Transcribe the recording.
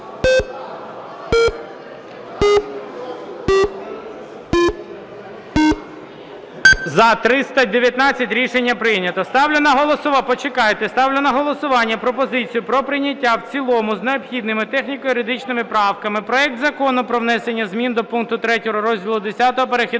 на голосування… Почекайте. Ставлю на голосування пропозицію про прийняття в цілому з необхідними техніко-юридичними правками проект Закону про внесення змін до пункту 3 розділу Х "Перехідні